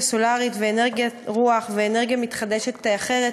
סולרית ואנרגיית רוח ואנרגיה מתחדשת אחרת,